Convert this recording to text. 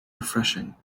refreshing